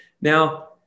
Now